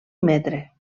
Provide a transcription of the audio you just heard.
metre